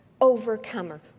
Overcomer